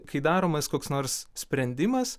kai daromas koks nors sprendimas